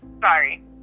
sorry